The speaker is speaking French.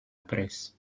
presse